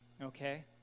Okay